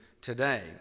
today